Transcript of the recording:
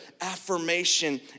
affirmation